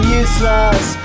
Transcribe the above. useless